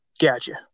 gotcha